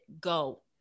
go